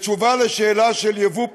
בתשובה על השאלה על יבוא פרוע,